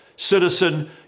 Citizen